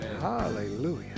Hallelujah